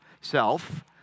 self